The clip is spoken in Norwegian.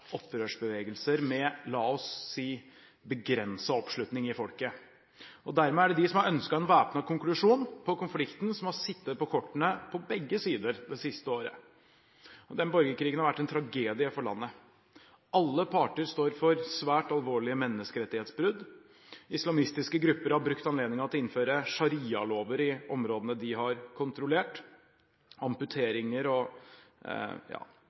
opprørsbevegelser med – la oss si – begrenset oppslutning i folket. Dermed er det de som har ønsket en væpnet konklusjon på konflikten, som har sittet på kortene på begge sider det siste året. Den borgerkrigen har vært en tragedie for landet. Alle parter står for svært alvorlige menneskerettighetsbrudd. Islamistiske grupper har brukt anledningen til å innføre sharialover i områdene de har kontrollert. Amputeringer og